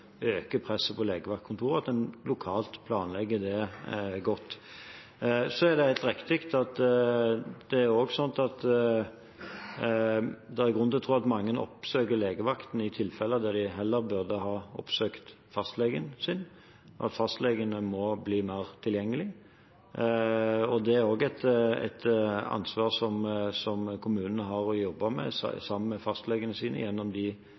presset på legevaktkontorene, og at en lokalt planlegger det godt. Så er det helt riktig at det også er slik at det er grunn til å tro at mange oppsøker legevakten i tilfeller hvor de heller burde ha oppsøkt fastlegen sin, og at fastlegene må bli mer tilgjengelig. Det er også et ansvar som kommunene har og må jobbe med, sammen med fastlegene, gjennom de